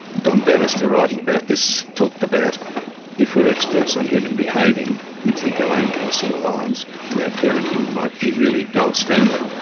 don bannister writing about this talked about if we're experts on human behaving you'd think our own personal lives and our parenting might be really gold standard.